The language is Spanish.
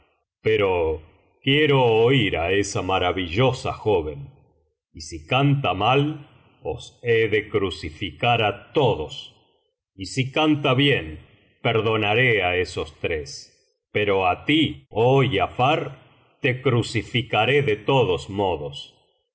pero quiero oir á esa maravillosa jo ven y si canta mal os he de crucificar a todos y si canta bien perdonaré á esos tres pero á ti oh giafar te crucificare de todos modos